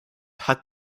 hat